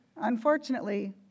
Unfortunately